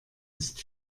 ist